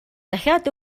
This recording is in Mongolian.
дахиад